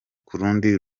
kurundi